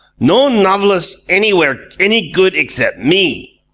no novelists anywhere any good except me.